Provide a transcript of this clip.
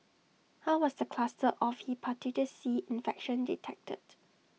how was the cluster of Hepatitis C infection detected